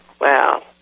Wow